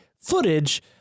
footage